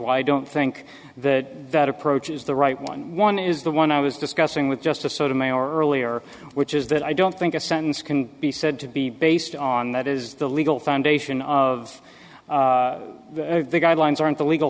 why i don't think that that approach is the right one one is the one i was discussing with justice sotomayor earlier which is that i don't think a sentence can be said to be based on that is the legal foundation of the guidelines aren't the legal